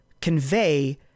convey